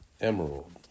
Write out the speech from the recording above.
emerald